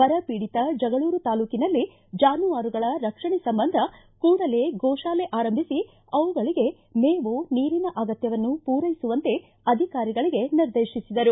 ಬರಬೀಡಿತ ಜಗಳೂರು ತಾಲ್ಲೂಕಿನಲ್ಲಿ ಜಾನುವಾರುಗಳ ರಕ್ಷಣೆ ಸಂಬಂಧ ಕೂಡಲೇ ಗೋಶಾಲೆ ಆರಂಭಿಸಿ ಅವುಗಳಿಗೆ ಮೇವು ನೀರಿನ ಅಗತ್ತವನ್ನು ಪೂರೈಸುವಂತೆ ಅಧಿಕಾರಿಗಳಿಗೆ ನಿರ್ದೇಶಿಸಿದರು